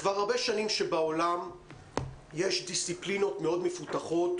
כבר הרבה שנים שבעולם יש דיסציפלינות מאוד מפותחות